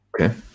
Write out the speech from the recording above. Okay